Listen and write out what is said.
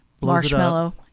Marshmallow